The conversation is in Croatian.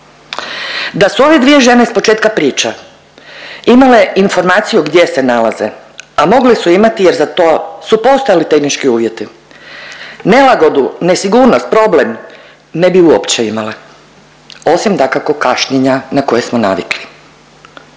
Da su ove dvije žene s početka priče imale informaciju gdje se nalaze, a mogle su imati jer za to su postojali tehnički uvjeti, nelagodu, nesigurnost, problem ne bi uopće imale, osim dakako kašnjenja na koje smo navikli.